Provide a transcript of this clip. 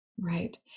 right